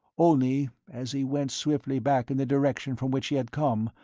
only, as he went swiftly back in the direction from which he had come,